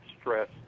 stress